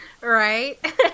Right